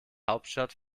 hauptstadt